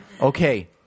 Okay